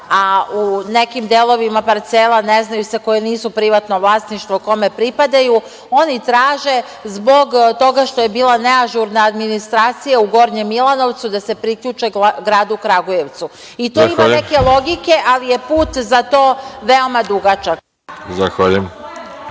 a u nekim delovima parcela ne znaju se koje nisu privatno vlasništvo kome pripadaju, oni traže zbog toga što je bila neažurna administracija, u Gornjem Milanovcu da se priključe gradu Kragujevcu, i to ima neke logike, ali je put za to veoma dugačak.